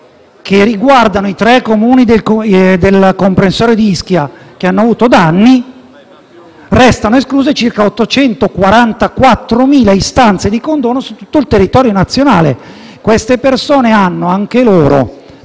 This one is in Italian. che riguardano i tre Comuni del comprensorio di Ischia che hanno avuto danni, restano escluse circa 844.000 istanze di condono su tutto il territorio nazionale. Queste persone hanno, anche loro,